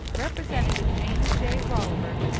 representative james j. rolliver,